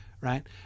right